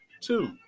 Two